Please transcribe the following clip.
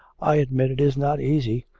i admit it is not easy,